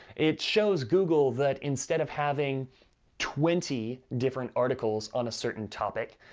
it shows google that, instead of having twenty different articles on a certain topic,